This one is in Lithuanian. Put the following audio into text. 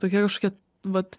tokie kažkokie vat